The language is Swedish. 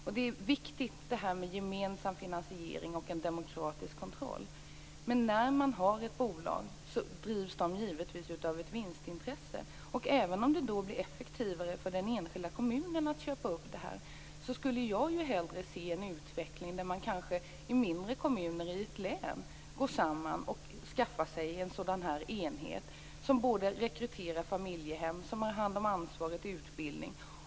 Men det är viktigt med gemensam finansiering och en demokratisk kontroll. Även om det blir effektivare för den enskilda kommunen att köpa upp dessa tjänster skulle jag hellre se en utveckling där mindre kommuner i ett län kanske går samman och skaffar sig en enhet som rekryterar familjehem, har hand om ansvaret och utbildningen.